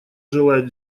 желает